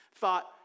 thought